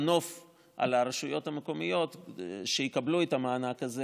מנוף על הרשויות המקומיות שיקבלו את המענק הזה,